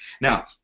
Now